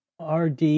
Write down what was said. rd